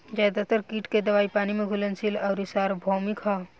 ज्यादातर कीट के दवाई पानी में घुलनशील आउर सार्वभौमिक ह?